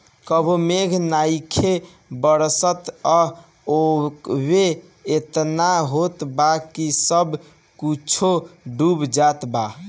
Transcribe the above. कबो मेघ नइखे बरसत आ कबो एतना होत बा कि सब कुछो डूब जात बा